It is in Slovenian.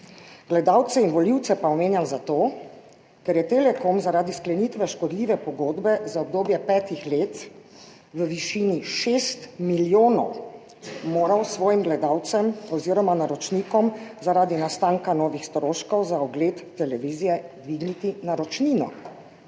Gledalce in volivce pa omenjam zato, ker je Telekom zaradi sklenitve škodljive pogodbe za obdobje petih let v višini 6 milijonov moral svojim gledalcem oziroma naročnikom zaradi nastanka novih stroškov za ogled televizije dvigniti naročnino.